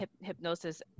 hypnosis